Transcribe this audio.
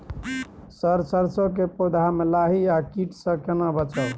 Sir सरसो के पौधा में लाही आ कीट स केना बचाऊ?